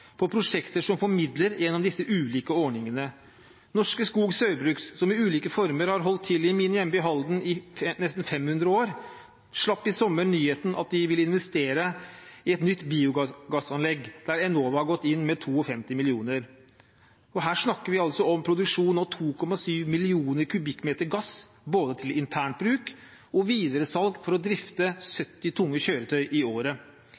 på prosjekter som får midler gjennom disse ulike ordningene. Norske Skog Saugbrugs, som i ulike former har holdt til i min hjemby, Halden, i nesten 500 år, slapp i sommer nyheten at de ville investere i et nytt biogassanlegg, der Enova har gått inn med 52 mill. kr. Her snakker vi altså om produksjon av 2,7 millioner m3 gass til både internt bruk og videresalg for å drifte 70 tunge kjøretøy i året.